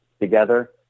together